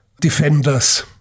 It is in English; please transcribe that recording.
defenders